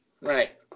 Right